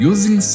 Using